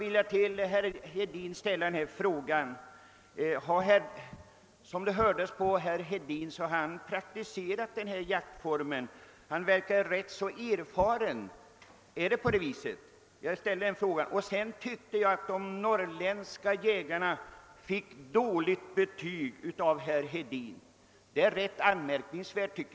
Jag frågar: Har herr Hedin praktiserat denna jaktform; han verkar rätt erfaren. Är det på det viset? Jag ställer den frågan. Sedan tyckte jag att de norrländska jägarna fick dåligt betyg av herr Hedin och det är rätt anmärkningsvärt.